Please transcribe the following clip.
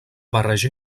barreja